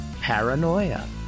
Paranoia